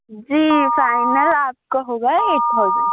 جی final آپ کا ہوگا ایٹ تھاوزین